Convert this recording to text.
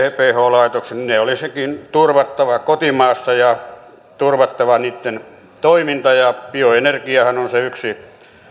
chp laitokset olisikin turvattava kotimaassa ja turvattava niitten toiminta bioenergiahan on se yksi